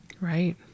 Right